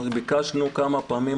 ביקשנו כמה פעמים.